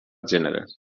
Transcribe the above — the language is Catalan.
gèneres